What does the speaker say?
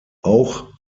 auch